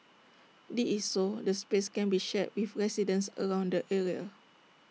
this is so the space can be shared with residents around the area